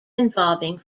involving